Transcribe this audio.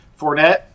Fournette